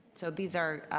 so these are